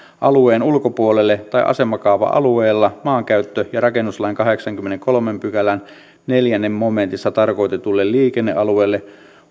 alueen ulkopuolelle tai asemakaava alueella maankäyttö ja rakennuslain kahdeksannenkymmenennenkolmannen pykälän neljännessä momentissa tarkoitetulle liikennealueelle